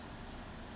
mm